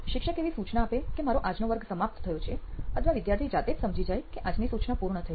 શિક્ષક એવી સૂચના આપે કે મારો આજનો વર્ગ સમાપ્ત થયો છે અથવા વિદ્યાર્થી જાતે જ સમજી જાય કે આજની સૂચના પૂર્ણ થઇ